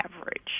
average